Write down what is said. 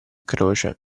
croce